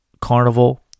Carnival